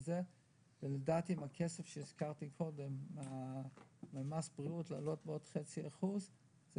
לדעתי עם מה שהזכרתי קודם על העלאת מס בריאות בעוד חצי אחוז,